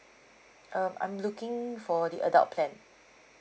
um I'm looking for the adult plan